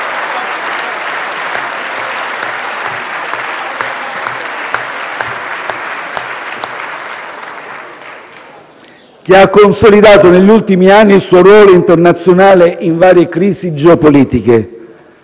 che ha consolidato, negli ultimi anni, il suo ruolo internazionale in varie crisi geopolitiche.